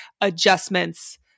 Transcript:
adjustments